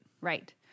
Right